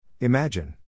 Imagine